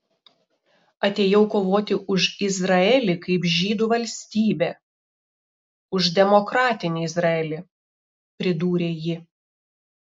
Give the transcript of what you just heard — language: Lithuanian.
atėjau kovoti už izraelį kaip žydų valstybę už demokratinį izraelį pridūrė ji